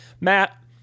Matt